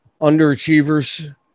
underachievers